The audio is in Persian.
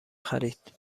خرید